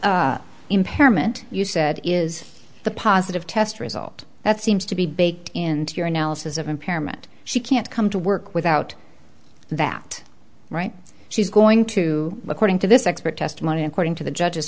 of impairment you said is the positive test result that seems to be baked in to your analysis of impairment she can't come to work without that right she's going to according to this expert testimony according to the judge